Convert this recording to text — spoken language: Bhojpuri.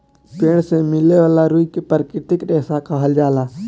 पेड़ से मिले वाला रुई के प्राकृतिक रेशा कहल जाला